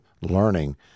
learning